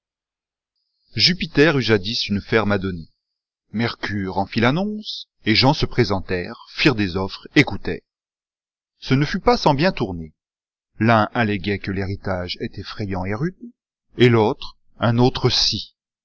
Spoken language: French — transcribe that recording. upiter eut jadis une ferme à donner creure en fît l'annonce et gens se présentèrent firent des offres écoutèrent ce ne fut pas sans bien tourner j l'un alléguait que l'héritage ait frayant et rude et l'autre un autre